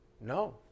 no